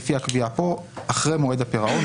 לפי הקביעה כאן אחרי מועד הפירעון,